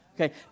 Okay